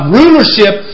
rulership